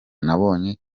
nabonye